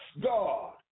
God